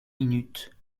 minutes